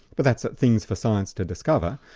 but that's things for science to discover,